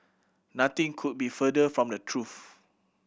nothing could be further from the truth